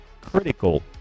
critical